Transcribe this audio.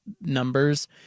numbers